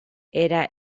era